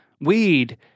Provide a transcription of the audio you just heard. weed